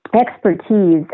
expertise